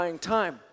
time